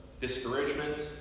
discouragement